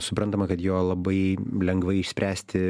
suprantama kad jo labai lengvai išspręsti